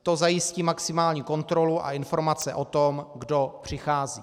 To zajistí maximální kontrolu a informace o tom, kdo přichází.